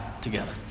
together